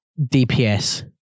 DPS